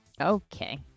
Okay